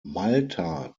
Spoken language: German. malta